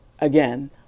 Again